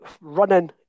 running